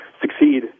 succeed